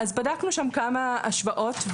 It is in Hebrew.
בדקנו וערכנו שם כמה השוואות.